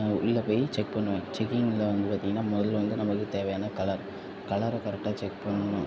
உள்ளே போய் செக் பண்ணுவேன் செக்கிங்கில வந்து பார்த்தீங்கன்னா முதல்ல வந்து நம்மளுக்கு தேவையான கலர் கலரை கரெக்டாக செக் பண்ணணும்